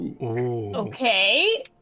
Okay